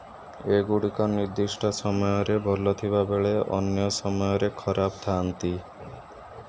ଏଗୁଡ଼ିକ ନିର୍ଦ୍ଦିଷ୍ଟ ସମୟରେ ଭଲ ଥିବାବେଳେ ଅନ୍ୟ ସମୟରେ ଖରାପ ଥାନ୍ତି